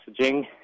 messaging